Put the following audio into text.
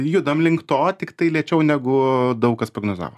judam link to tiktai lėčiau negu daug kas prognozavo